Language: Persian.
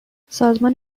سازمان